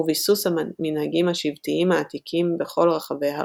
וביסוס המנהגים השבטיים העתיקים בכל רחבי הרייך.